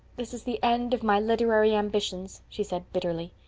this is the end of my literary ambitions, she said bitterly.